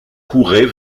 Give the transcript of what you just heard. courait